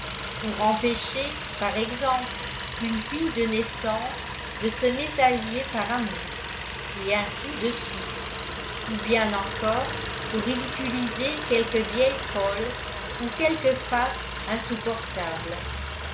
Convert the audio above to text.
pour empêcher par exemple une fille de naissance de se mésallier par amour et ainsi de suite ou bien encore pour ridiculiser quelque vieille folle ou quelque fat insupportable